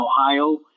Ohio